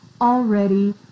already